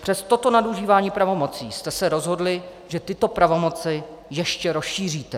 Přes toto nadužívání pravomocí jste se rozhodli, že tyto pravomoci ještě rozšíříte.